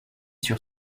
sur